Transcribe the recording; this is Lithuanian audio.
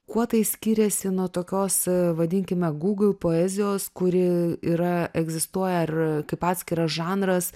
kuo tai skiriasi nuo tokios vadinkime google poezijos kuri yra egzistuoja ar kaip atskiras žanras